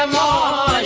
um da